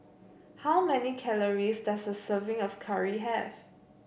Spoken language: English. how many calories does a serving of curry have